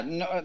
no